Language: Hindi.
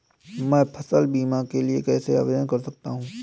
मैं फसल बीमा के लिए कैसे आवेदन कर सकता हूँ?